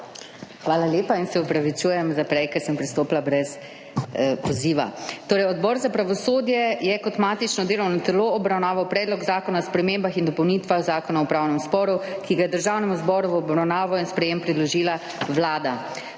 Hvala lepa in se opravičujem za prej, ko sem pristopila brez poziva. Odbor za pravosodje je kot matično delovno telo obravnaval Predlog zakona o spremembah in dopolnitvah Zakona o upravnem sporu, ki ga je Državnemu zboru v obravnavo in sprejetje predložila Vlada.